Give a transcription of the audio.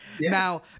Now